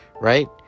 Right